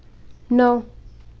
नौ